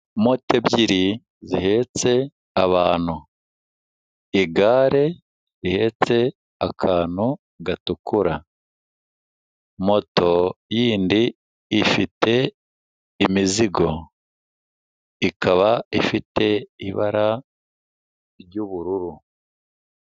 Mote ebyiri zihetse abantu, igare rihetse akantu gatukura, moto yindi ifite imizigo, ikaba ifite ibara ry'ubururu.